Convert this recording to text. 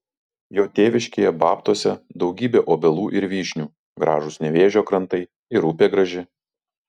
jo tėviškėje babtuose daugybė obelų ir vyšnių gražūs nevėžio krantai ir upė graži